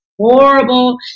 horrible